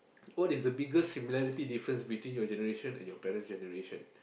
what is the biggest similarity difference between your generation and your parents' generation